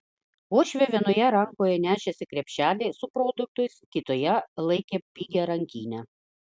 uošvė vienoje rankoje nešėsi krepšelį su produktais kitoje laikė pigią rankinę